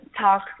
Talk